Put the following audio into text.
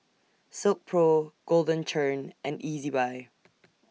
Silkpro Golden Churn and Ezbuy